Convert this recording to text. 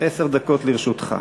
עשר דקות לרשותך.